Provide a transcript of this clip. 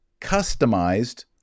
customized